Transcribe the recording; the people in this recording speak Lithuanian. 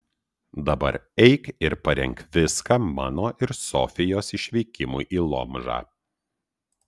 dabar eik ir parenk viską mano ir sofijos išvykimui į lomžą